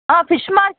ஆ fish